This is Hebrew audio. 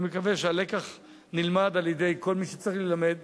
אני מקווה שהלקח נלמד על-ידי כל מי שצריך להילמד,